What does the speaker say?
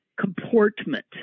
comportment